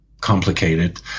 complicated